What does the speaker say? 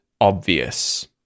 obvious